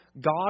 God